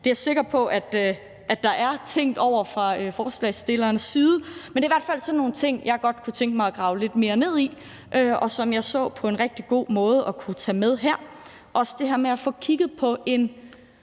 Det er jeg sikker på der er tænkt over fra forslagsstillernes side, men det er i hvert fald sådan nogle ting, jeg godt kunne tænke mig at grave lidt mere ned i, og som jeg gerne så at vi på en rigtig god måde kunne tage med her, også det her med at få kigget på en